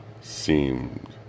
seemed